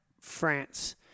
France